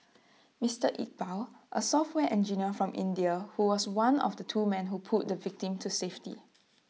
Mister Iqbal A software engineer from India who was one of two men who pulled the victim to safety